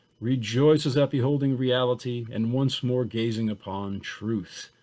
rejoices at beholding reality and once more gazing upon truth,